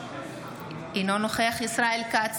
אינו נוכח ישראל כץ,